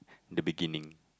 the beginning